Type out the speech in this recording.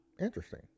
Interesting